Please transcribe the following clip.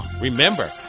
remember